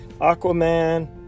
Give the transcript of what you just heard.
Aquaman